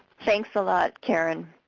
thanks a lot, karen.